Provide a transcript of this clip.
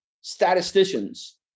statisticians